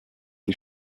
die